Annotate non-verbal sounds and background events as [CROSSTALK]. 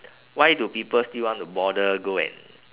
[BREATH] why do people still want to bother go and